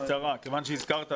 כיוון שהזכרת,